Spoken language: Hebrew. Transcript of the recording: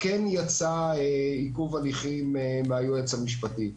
כן יצא עיכוב הליכים מהיועץ המשפטי.